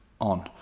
on